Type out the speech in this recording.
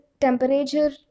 temperature